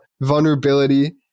vulnerability